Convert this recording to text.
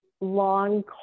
long